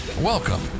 Welcome